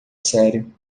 sério